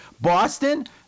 Boston